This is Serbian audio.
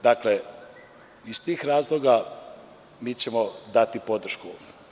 Dakle, iz tih razloga mi ćemo dati podršku.